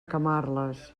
camarles